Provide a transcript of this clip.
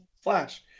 Flash